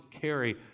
carry